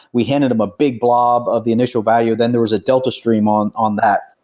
we handed him a big blob of the initial value, then there was a delta stream on on that.